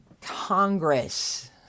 congress